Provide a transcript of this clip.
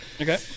okay